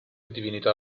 divinità